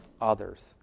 others